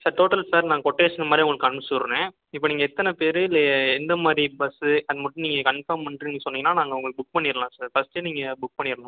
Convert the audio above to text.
sir டோடல்லாக sir நான் quotation மாதிரி உங்களுக்கு அனுப்பிச்சு விடுறேன் இப்போ நீங்கள் எத்தனை பேர் இல்லை எந்த மாதிரி பஸ் அது மட்டும் நீங்கள் கன்ஃபார்ம் பண்ணிகிட்டு நீங்கள் சொன்னீங்கன்னா நாங்கள் உங்களுக்கு புக் பண்ணிவிடலாம் சார் ஃபர்ஸ்ட் நீங்கள் புக் பண்ணிறனும்